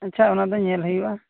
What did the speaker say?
ᱟᱪᱪᱷᱟ ᱚᱱᱟᱫᱚ ᱧᱮᱞ ᱦᱩᱭᱩᱜ ᱟ